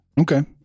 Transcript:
Okay